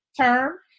term